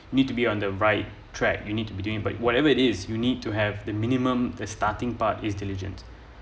need to be on the right track you need to be doing but whatever it is you need to have the minimum the starting part is diligence